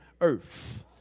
earth